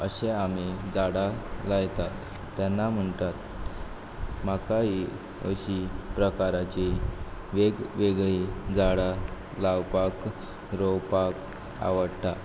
अशें आमी झाडां लायतात तेन्ना म्हुणटात म्हाका हीं अशीं प्रकाराचीं वेगवेगळी झाडां लावपाक रोवपाक आवडटा